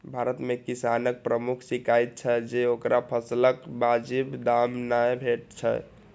भारत मे किसानक प्रमुख शिकाइत छै जे ओकरा फसलक वाजिब दाम नै भेटै छै